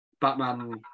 Batman